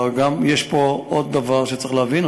יש פה עוד דבר שצריך להבין: